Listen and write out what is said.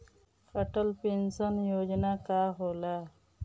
Atal pension योजना का होला?